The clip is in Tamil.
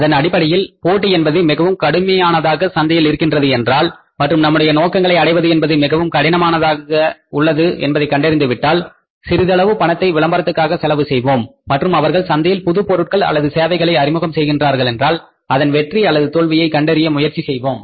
அதன் அடிப்படையில் போட்டி என்பது மிகவும் கடுமையானதாக சந்தையில் இருக்கின்றது என்றால் மற்றும் நம்முடைய நோக்கங்களை அடைவது என்பது மிகவும் கடினமானது என்பதை கண்டறிந்துவிட்டால் சிறிதளவு பணத்தை விளம்பரத்துக்காக செலவு செய்வோம் மற்றும் அவர்கள் சந்தையில் புது பொருட்கள் அல்லது சேவைகளை அறிமுகம் செய்கிறார்கலென்றால் அதன் வெற்றி அல்லது தோல்வியை கண்டறிய முயற்சி செய்வோம்